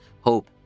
hope